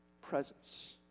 presence